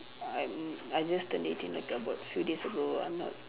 I'm I just turn eighteen like about few days ago I'm not